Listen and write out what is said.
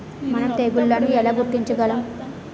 మనం తెగుళ్లను ఎలా గుర్తించగలం?